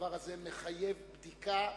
הדבר הזה מחייב בדיקה,